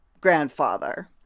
grandfather